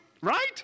Right